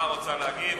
רוצה להגיב?